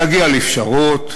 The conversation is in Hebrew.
להגיע לפשרות,